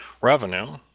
revenue